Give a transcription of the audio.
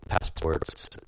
passports